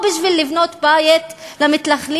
או בשביל לבנות בית למתנחלים,